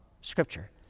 Scripture